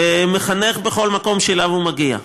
ומחנך בכל מקום שאליו הוא מגיע.